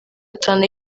atanu